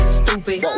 stupid